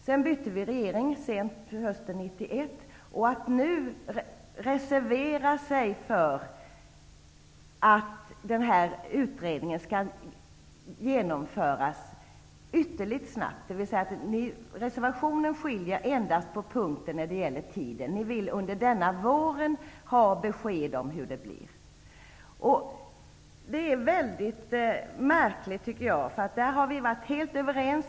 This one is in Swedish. Sedan fick vi en ny regering sent hösten 1991. I reservationen anges att denna utredning skall genomföras ytterligt snabbt. Det som skiljer reservationen från utskottsmajoritetens förslag är endast tidpunkten. Reservanterna vill under denna vår ha besked om hur det blir. Det är väldigt märkligt, tycker jag, eftersom vi i detta sammanhang har varit helt överens.